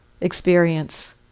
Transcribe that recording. experience